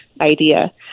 idea